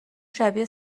شبیه